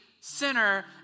sinner